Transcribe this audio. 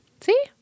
see